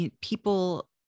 people